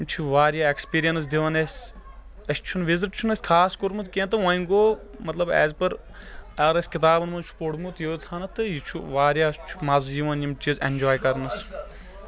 یہِ چھِ واریاہ ایٚکپیٖریٚنس دِوان اَسہِ اسہِ چھُ نہٕ وِزِٹ چھُ نہٕ اَسہِ خاص کوٚرمُت کیٚنٛہہ تہٕ وۄنۍ گوٚو مطلب ایز پر اَگر اَسہِ کِتابن منٛز چھُ پورمُت یۭژہان تہٕ یہِ چھُ واریاہ چھُ مَزٕ یِوان یِم چیٖز ایٚنٛجوے کَرنس